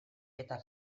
eta